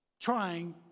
trying